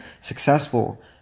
successful